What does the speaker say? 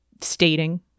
stating